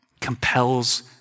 compels